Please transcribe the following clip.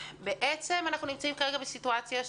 בעצם אנחנו נמצאים כרגע בסיטואציה,